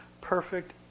perfect